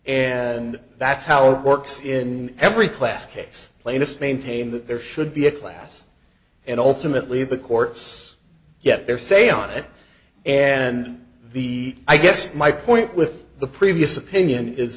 and that's how it works in every class case plaintiffs maintain that there should be a class and ultimately the court's yet their say on it and the i guess my point with the previous opinion is